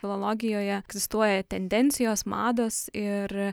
filologijoje egzistuoja tendencijos mados ir